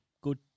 good